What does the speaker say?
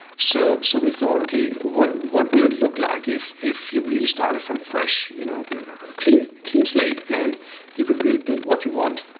so so we thought, okay. what what will it look like if if you really start it from fresh you know clean clean slate and you could really build what you want.